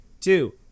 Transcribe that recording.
two